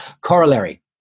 Corollary